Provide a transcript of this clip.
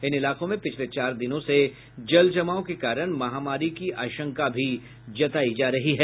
इन इलाकों में पिछले चार दिनों से जल जमाव के कारण महामारी की आशंका भी जतायी जा रही है